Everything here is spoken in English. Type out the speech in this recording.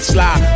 Sly